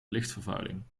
lichtvervuiling